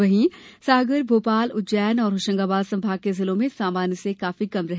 वहीं सागर भोपाल उज्जैन और होशंगाबाद संभाग के जिलों में सामान्य से काफी कम रहे